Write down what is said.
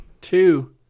Two